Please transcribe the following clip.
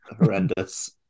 horrendous